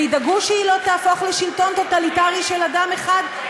וידאגו שהיא לא תהפוך לשלטון טוטליטרי של אדם אחד,